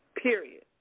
Period